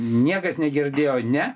niekas negirdėjo ne